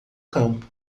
campo